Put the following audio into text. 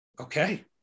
Okay